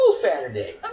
Saturday